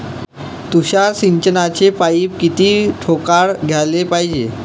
तुषार सिंचनाचे पाइप किती ठोकळ घ्याले पायजे?